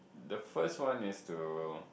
the first one is to